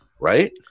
Right